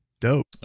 dope